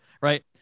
right